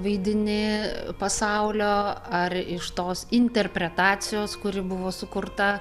vaidini pasaulio ar iš tos interpretacijos kuri buvo sukurta